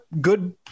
good